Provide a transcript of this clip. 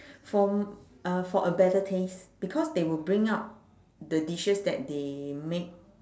for uh for a better taste because they will bring out the dishes that they make